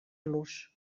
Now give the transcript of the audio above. los